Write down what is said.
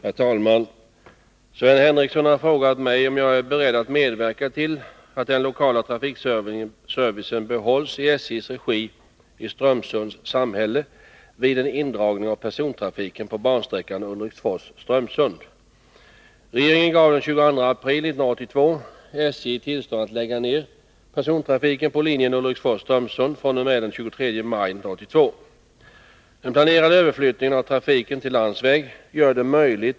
Herr talman! Sven Henricsson har frågat mig om jag är beredd att medverka till att den lokala trafikservicen behålls i SJ:s regi i Strömsunds samhälle vid en indragning av persontrafiken på bansträckan Ulriksfors-Strömsund.